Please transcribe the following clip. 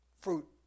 fruit